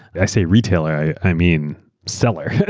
i say retailer, i i mean seller.